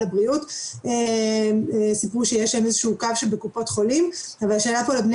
הבריאות סיפרו שיש להם איזה שהוא קו בקופות חולים,